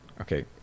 Okay